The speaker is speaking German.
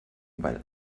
weil